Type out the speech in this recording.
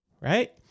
Right